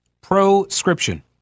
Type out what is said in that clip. Proscription